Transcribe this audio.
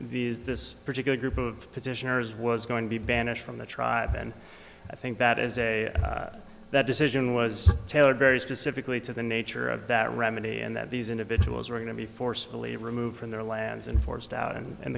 these this particular group of petitioners was going to be banished from the tribe and i think that as a that decision was tailored very specifically to the nature of that remedy and that these individuals were going to be forcibly removed from their lands and forced out and